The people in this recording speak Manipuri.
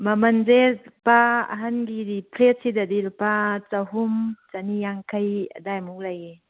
ꯃꯃꯟꯁꯦ ꯂꯨꯄꯥ ꯑꯍꯟꯒꯤꯗꯤ ꯐ꯭ꯂꯦꯠꯁꯤꯗꯗꯤ ꯂꯨꯄꯥ ꯆꯍꯨꯝ ꯆꯅꯤ ꯌꯥꯡꯈꯩ ꯑꯗꯨꯋꯥꯏꯃꯨꯛ ꯂꯩꯌꯦ